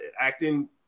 acting